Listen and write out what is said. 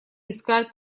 искать